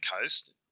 coast